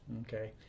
okay